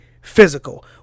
physical